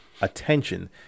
attention